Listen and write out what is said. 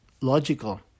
logical